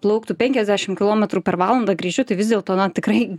plauktų penkiasdešim kilometrų per valandą greičiu tai vis dėlto na tikrai